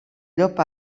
llop